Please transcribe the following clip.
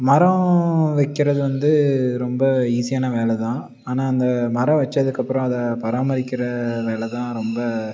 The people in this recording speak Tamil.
மரம் வைக்கிறது வந்து ரொம்ப ஈஸியான வேலை தான் ஆனால் அந்த மரம் வச்சத்துக்கு அப்புறம் அதை பராமரிக்கிற வேலை தான் ரொம்ப